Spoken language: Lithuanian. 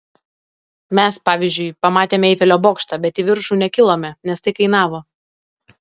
mes pavyzdžiui pamatėme eifelio bokštą bet į viršų nekilome nes tai kainavo